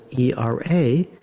ERA